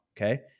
Okay